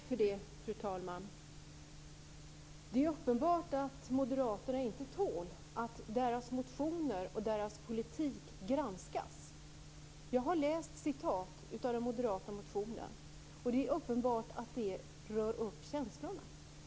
Fru talman! Det är uppenbart att moderaterna inte tål att deras motioner och politik granskas. Jag har citerat ur den moderata motionen, och det är uppenbart att det rör upp känslor.